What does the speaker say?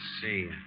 see